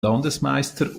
landesmeister